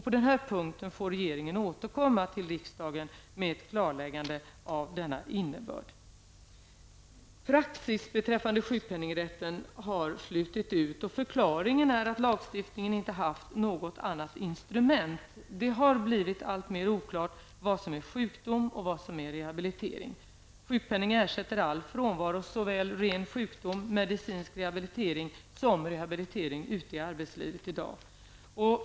På den punkten får regeringen återkomma till riksdagen med ett klarläggande av denna innebörd. Praxis beträffande sjukpenningrätten har flutit ut, och förklaringen är att lagstiftningen inte haft något annat instrument. Det har blivit alltmer oklart vad som är sjukdom och vad som är rehabilitering. Sjukpenningen ersätter i dag all frånvaro, såväl ren sjukdom som medicinsk rehabilitering och rehabilitering ute i arbetslivet.